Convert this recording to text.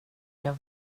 jag